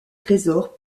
trésors